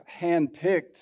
handpicked